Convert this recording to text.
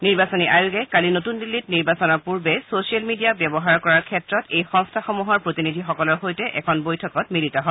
নিৰ্বাচনী আয়োগে কালি নতুন দিল্লীত নিৰ্বাচনৰ পূৰ্বে ছচিয়েল মিডিয়াক ব্যৱহাৰ কৰাৰ ক্ষেত্ৰত এই সংস্থাসমূহৰ প্ৰতিনিধিসকলৰ সৈতে এখন বৈঠকত মিলিত হয়